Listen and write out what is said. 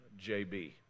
JB